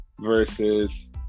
versus